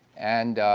and